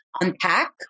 unpack